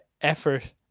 effort